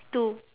two